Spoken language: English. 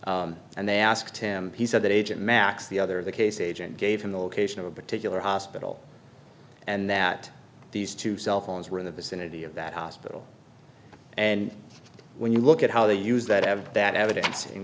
and they asked him he said that agent max the other the case agent gave him the location of a particular hospital and that these two cell phones were in the vicinity of that hospital and when you look at how they use that have that evidence